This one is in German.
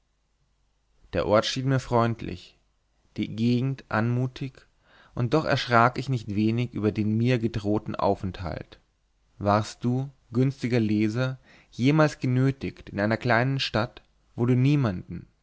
der ort schien mir freundlich die gegend anmutig und doch erschrak ich nicht wenig über den mir gedrohten aufenthalt warst du günstiger leser jemals genötigt in einer kleinen stadt wo du niemanden